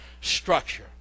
structure